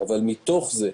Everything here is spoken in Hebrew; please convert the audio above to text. אבל מתוך זה,